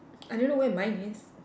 I don't know where mine is